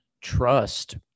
trust